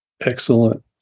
excellent